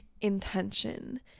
intention